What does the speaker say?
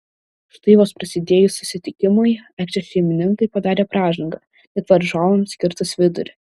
štai vos prasidėjus susitikimui aikštės šeimininkai padarė pražangą tik varžovams kirtus vidurį